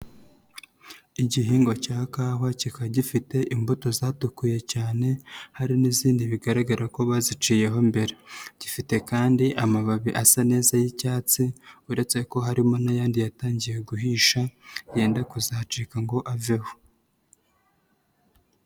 Igihingwa cya kawa kikaba gifite imbuto zatukuye cyane. Hari n'izindi bigaragara ko baziciyeho mbere, gifite kandi amababi asa neza y'icyatsi uretse ko harimo n'ayandi yatangiye guhisha yenda kuzacika ngo aveho.